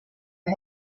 the